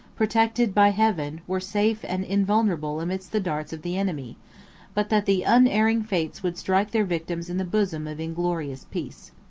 protected by heaven, were safe and invulnerable amidst the darts of the enemy but that the unerring fates would strike their victims in the bosom of inglorious peace.